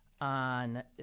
on